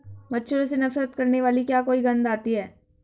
मच्छरों से नफरत करने वाली क्या कोई गंध आती है?